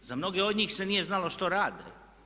Za mnoge od njih se nije znalo što rade.